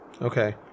Okay